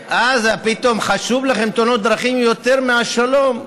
פתאום חשוב לכם תאונות דרכים יותר מהשלום.